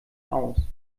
aus